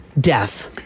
death